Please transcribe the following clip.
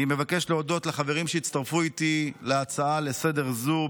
אני מבקש להודות לחברים שהצטרפו איתי להצעה לסדר-היום הזו,